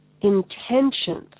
intentions